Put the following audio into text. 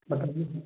बताइए सर